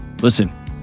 Listen